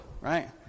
right